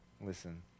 listen